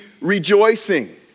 rejoicing